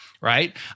right